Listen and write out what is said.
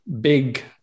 big